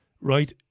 right